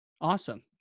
awesome